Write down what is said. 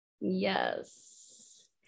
Yes